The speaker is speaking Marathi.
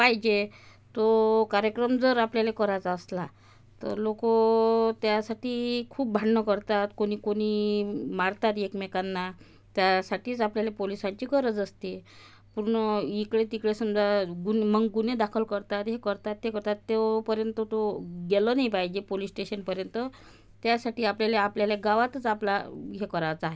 पाहिजे तो कार्यक्रम जर आपल्याला करायचा असला तर लोक त्यासाठी खूप भांडणं करतात कोणी कोणी मारतात एकमेकांना त्यासाठीच आपल्याला पोलिसांची गरज असते पूर्ण इकडे तिकडे समजा गुन्ह मग गुन्हे दाखल करतात हे करतात ते करतात तोपर्यंत तो गेला नाही पाहिजे पोलिस स्टेशनपर्यंत त्यासाठी आपल्याला आपल्याला गावातच आपला हे करायचा आहे